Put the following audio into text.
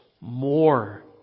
more